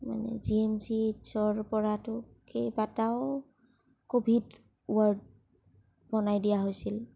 মানে জিএমচিএইচৰ পৰাতো কেইবাটাও ক'ভিড ৱাৰ্ড বনাই দিয়া হৈছিল